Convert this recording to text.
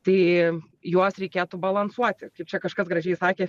tai juos reikėtų balansuoti kaip čia kažkas gražiai sakė